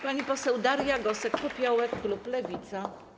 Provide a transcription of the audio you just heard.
Pani poseł Daria Gosek-Popiołek, klub Lewica.